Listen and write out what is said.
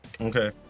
Okay